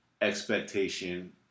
expectation